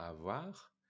avoir